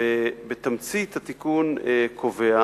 בתמצית, התיקון קובע